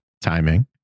timing